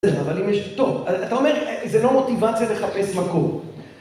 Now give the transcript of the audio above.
אבל אם יש, טוב. אתה אומר, זה לא מוטיבציה לחפש מקום.